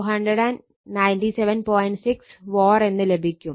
6 VAr എന്ന് ലഭിക്കും